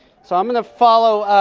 so i'm gonna follow.